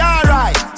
alright